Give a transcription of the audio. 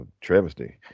travesty